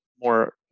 more